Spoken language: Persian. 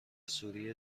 سوریه